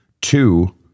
Two